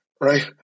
right